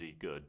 good